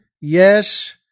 yes